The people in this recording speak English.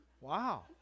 Wow